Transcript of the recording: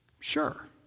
Sure